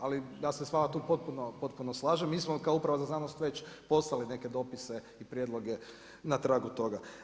Ali ja se s vama potpuno slažem, mi smo kao uprava za znanost poslali već neke dopise i prijedloge na tragu toga.